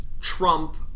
Trump